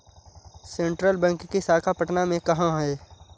Central Bank की शाखा पटना में कहाँ है?